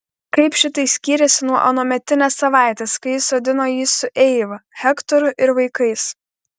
kaip šitai skyrėsi nuo anuometinės savaitės kai jis sodino jį su eiva hektoru ir vaikais